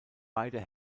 beide